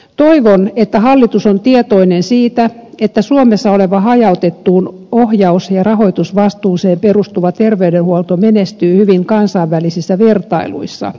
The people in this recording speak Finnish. toivon että hallitus on tietoinen siitä että suomessa oleva hajautettuun ohjaus ja rahoitusvastuuseen perustuva terveydenhuolto menestyy hyvin kansainvälisissä vertailuissa